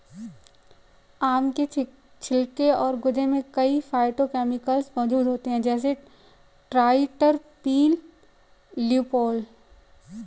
आम के छिलके और गूदे में कई फाइटोकेमिकल्स मौजूद होते हैं, जैसे ट्राइटरपीन, ल्यूपोल